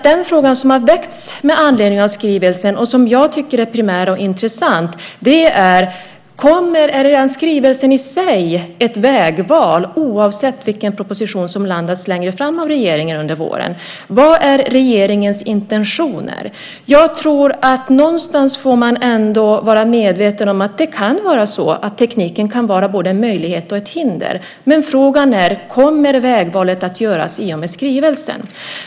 Den fråga som har väckts med anledning av skrivelsen, och som jag tycker är primär och intressant, är: Är redan skrivelsen i sig ett vägval, oavsett vilken proposition som regeringen lägger fram under våren? Vad är regeringens intentioner? Man måste vara medveten om att tekniken kan vara både en möjlighet och ett hinder. Frågan är: Kommer ett vägval att göras i och med skrivelsen?